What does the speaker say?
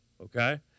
Okay